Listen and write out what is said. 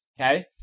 Okay